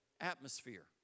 atmosphere